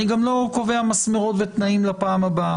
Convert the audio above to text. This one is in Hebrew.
אני גם לא קובע מסמרות ותנאים לפעם הבאה,